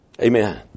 Amen